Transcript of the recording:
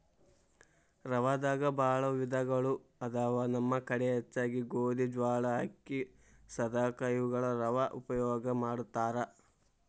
ರವಾದಾಗ ಬಾಳ ವಿಧಗಳು ಅದಾವ ನಮ್ಮ ಕಡೆ ಹೆಚ್ಚಾಗಿ ಗೋಧಿ, ಜ್ವಾಳಾ, ಅಕ್ಕಿ, ಸದಕಾ ಇವುಗಳ ರವಾ ಉಪಯೋಗ ಮಾಡತಾರ